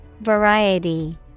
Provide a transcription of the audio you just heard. Variety